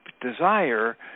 desire